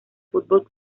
fútbol